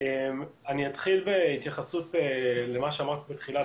אתחיל בהתייחסות למה שאמרת בתחילת